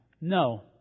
no